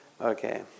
Okay